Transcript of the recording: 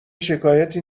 شکایتی